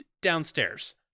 downstairs